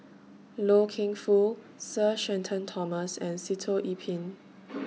Loy Keng Foo Sir Shenton Thomas and Sitoh Yih Pin